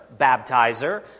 baptizer